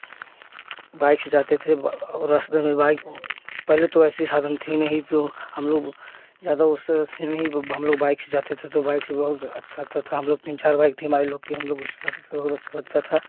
bike से जाते थे और रास्ते में बाइक पहले तो ऐसी साधन थी नहीं तो हम लोग जाते उससे थे नहीं वह ब हम लोग बाइक से जाते थे तो बाइक से बहुत अच्छा लगता था हम लोग तीन चार भाई तिमाही लोग की हम लोग उससे साथ तो बहुत अच्छा लगता था